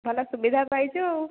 ଭଲ ସୁବିଧା ପାଇଛୁ ଆଉ